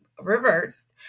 reversed